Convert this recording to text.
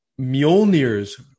Mjolnir's